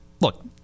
Look